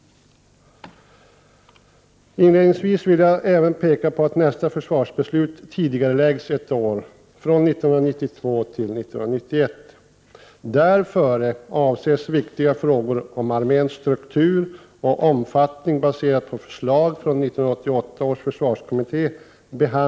Inledningsvis vill jag även peka på att nästa försvarsbeslut tidigareläggs ett år från 1992 till 1991. Innan dess avses viktiga frågor om arméns struktur och omfattning behandlas av riksdagen på förslag från 1988 års försvarskommitté.